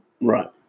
Right